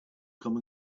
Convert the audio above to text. come